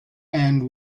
and